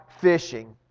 fishing